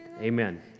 Amen